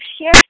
share